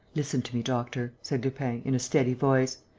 listen to me, doctor, said lupin, in a steady voice,